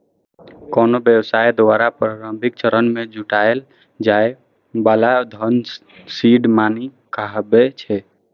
कोनो व्यवसाय द्वारा प्रारंभिक चरण मे जुटायल जाए बला धन सीड मनी कहाबै छै